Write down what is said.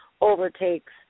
overtakes